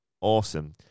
awesome